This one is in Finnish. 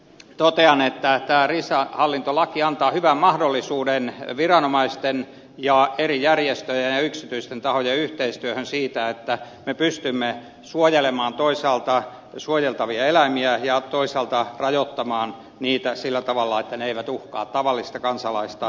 totean että tämä riistahallintolaki antaa hyvän mahdollisuuden viranomaisten ja eri järjestöjen ja yksityisten tahojen yhteistyöhön siten että me pystymme suojelemaan toisaalta suojeltavia eläimiä ja toisaalta rajoittamaan niitä sillä tavalla että ne eivät uhkaa tavallista kansalaista